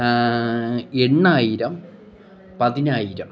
എണ്ണായിരം പതിനായിരം